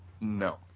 No